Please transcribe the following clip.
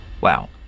Wow